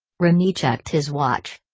remy checked his watch.